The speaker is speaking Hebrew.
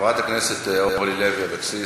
חברת הכנסת אורלי לוי אבקסיס,